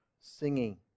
singing